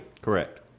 Correct